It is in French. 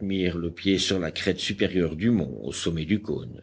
le pied sur la crête supérieure du mont au sommet du cône